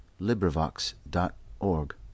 LibriVox.org